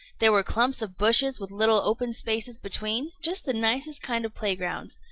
there were clumps of bushes with little open spaces between, just the nicest kind of playgrounds.